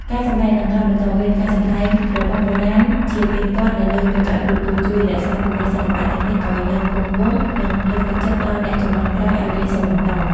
ការសម្តែង និងការបន្តវេន ការសម្តែងរបាំបុរាណជាទៀងទាត់នៅលើកញ្ចក់ទូរទស្សន៍ ជួយរក្សាទម្រង់សិល្បៈទាំងនេះឱ្យនៅគង់វង្ស និងលើកទឹកចិត្តដល់អ្នកជំនាន់ក្រោយឱ្យរៀនសូត្របន្ត។